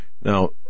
Now